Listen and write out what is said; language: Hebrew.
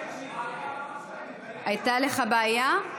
הייתה לך בעיה?